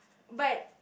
but